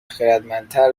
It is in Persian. خردمندتر